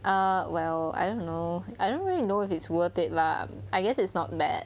uh well I don't know I don't really know if it's worth it lah I guess it's not bad